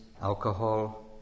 alcohol